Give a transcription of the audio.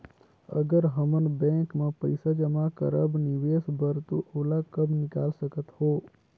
अगर हमन बैंक म पइसा जमा करब निवेश बर तो ओला कब निकाल सकत हो?